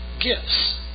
gifts